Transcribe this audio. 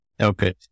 Okay